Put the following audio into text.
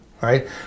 right